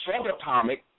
subatomic